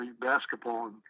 basketball